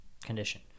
condition